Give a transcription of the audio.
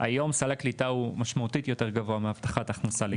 היום סל הקליטה הוא משמעותית יותר גבוה מהבטחת הכנסה.